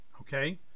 Okay